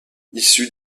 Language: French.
issue